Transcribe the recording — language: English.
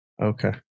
Okay